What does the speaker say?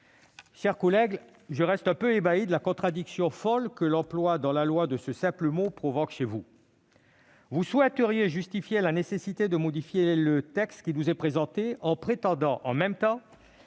Chers collègues, je reste ébahi de la contradiction folle que l'emploi de ce simple verbe provoque chez vous. Vous souhaiteriez justifier la nécessité de modifier le texte qui nous est présenté en prétendant que le